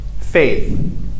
Faith